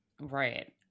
Right